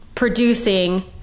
producing